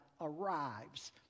Arrives